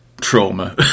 trauma